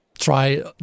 try